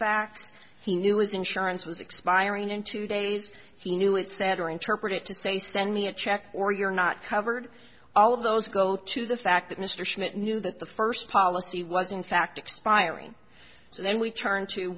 facts he knew his insurance was expiring in two days he knew it said or interpret it to say send me a check or you're not covered all of those go to the fact that mr schmidt knew that the first policy was in fact expiring so then we turned to